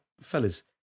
fellas